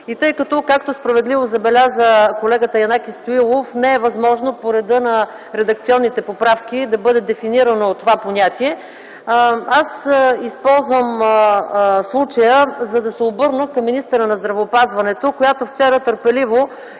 и тъй като, както справедливо забеляза колегата Янаки Стоилов, не е възможно по реда на редакционните поправки да бъде дефинирано това понятие, използвам случая, за да се обърна към министъра на здравеопазването, която вчера търпеливо